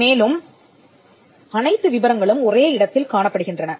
மேலும் அனைத்து விபரங்களும் ஒரே இடத்தில் காணப்படுகின்றன